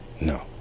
no